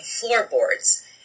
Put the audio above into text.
floorboards